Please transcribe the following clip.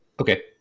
Okay